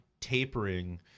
tapering